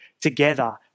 together